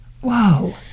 Whoa